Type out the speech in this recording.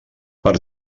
per